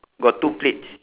got two plates